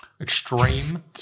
Extreme